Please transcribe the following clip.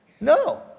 No